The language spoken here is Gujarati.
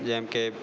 જેમકે